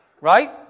Right